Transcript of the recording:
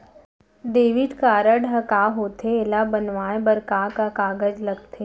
Debit card ह का होथे एला बनवाए बर का का कागज लगथे?